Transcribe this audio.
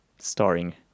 starring